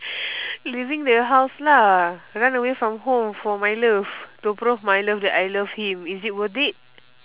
leaving the house lah run away from home for my love to prove my love that I love him is it worth it